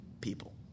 people